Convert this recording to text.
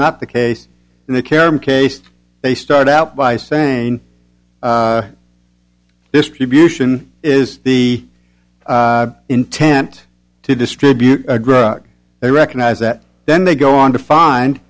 not the case in the carom case they start out by saying distribution is the intent to distribute a grudge they recognize that then they go on to find